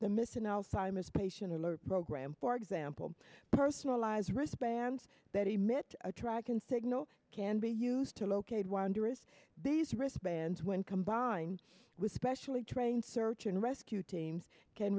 the misson alzheimer's patient alert program for example personalize wristbands that emit a try can signal can be used to locate wanderers these wristbands when combined with specially trained search and rescue teams can